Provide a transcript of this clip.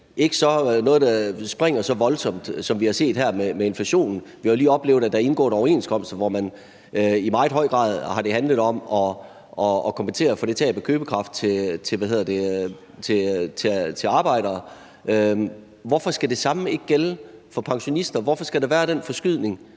ikke noget, der flytter sig så voldsomt, som vi har set her med inflationen. Vi har jo lige oplevet, at der er indgået overenskomster, hvor det i meget høj grad har handlet om at kompensere arbejdere for det tab af købekraft, så hvorfor skal det samme ikke gælde for pensionister? Hvorfor skal der være den forskydning